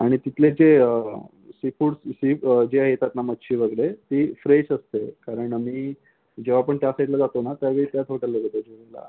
आणि तिथले जे सीफूड सी जे येतात ना मच्छी वगैरे ती फ्रेश असते कारण आम्ही जेव्हा पण त्या साईडला जातो ना त्यावेळी त्याच हॉटेलला जातो